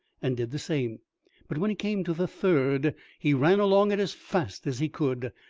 and did the same but when he came to the third, he ran along it as fast as he could,